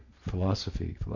philosophy